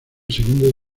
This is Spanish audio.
segundo